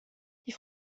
die